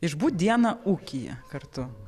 išbūt dieną ūkyje kartu